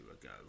ago